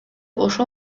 ошол